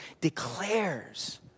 declares